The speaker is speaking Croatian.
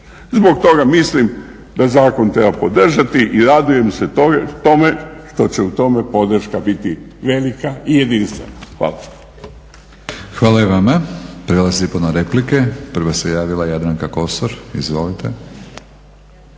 Zbog toga mislim da zakon treba podržati i radujem se tome što će u tome podrška biti velika i jedinstvena. Hvala. **Batinić, Milorad (HNS)** Hvala i vama. Prelazimo na replike. Prva se javila Jadranka Kosor. Izvolite.